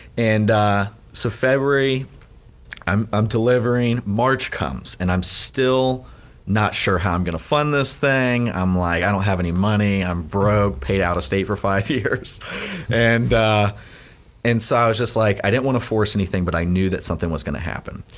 and so february i'm i'm delivering, march comes and i'm still not sure how i'm gonna fund this thing i'm like i don't have any money, i'm broke, paid out of state for five years and and so i was just like, i didn't wanna force anything but i knew that something was gonna happen.